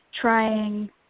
trying